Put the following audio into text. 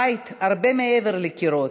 בית, הרבה מעבר לקירות,